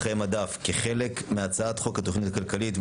חיי מדף כחלק מהצעת חוק התוכנית הכלכלית.